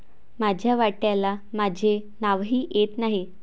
माझ्या वाट्याला माझे नावही येत नाही